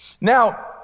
Now